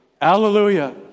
Alleluia